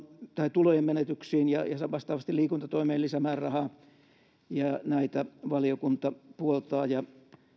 tulojen menetyksiin ja vastaavasti liikuntatoimeen lisämäärärahaa näitä valiokunta puoltaa ja